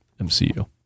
MCU